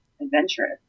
adventurous